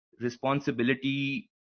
responsibility